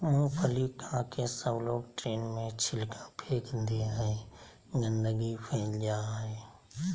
मूँगफली खाके सबलोग ट्रेन में छिलका फेक दे हई, गंदगी फैल जा हई